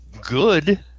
good